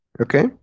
okay